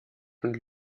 von